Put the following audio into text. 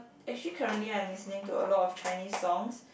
actually currently I'm listening to a lot of Chinese songs